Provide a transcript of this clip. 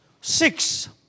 Six